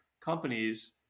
companies